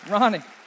Ronnie